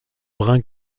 brun